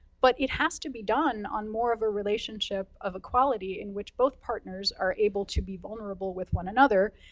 but it has to be done on more of a relationship of equality, in which both partners are able to be vulnerable with one another,